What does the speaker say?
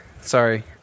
sorry